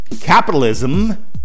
Capitalism